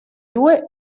due